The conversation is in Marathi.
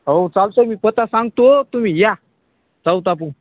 हो चालतं मी स्वतः सांगतो तुम्ही या स्वतः पण